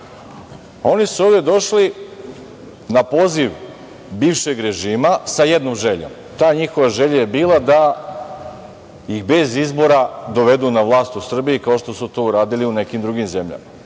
Oni su ovde došli na poziv bivšeg režima sa jednom željom. Ta njihova želja je bila da ih bez izbora dovedu na vlast u Srbiji, kao što su to uradili u nekim drugim zemljama,